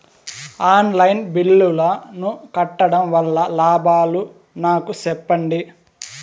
On line బిల్లుల ను కట్టడం వల్ల లాభాలు నాకు సెప్పండి?